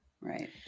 Right